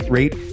rate